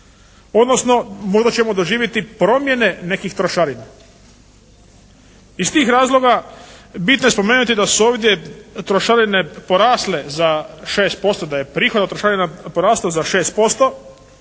odnosno možda ćemo doživjeti promjene nekih trošarina. Iz tih razloga bitno je spomenuti da su ovdje trošarine porasle za 6%, da je prihod od trošarina porastao za 6%.